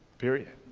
period.